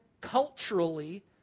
culturally